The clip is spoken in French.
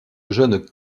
jeune